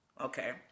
Okay